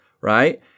Right